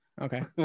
Okay